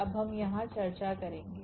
अब हम यहां चर्चा करेंगे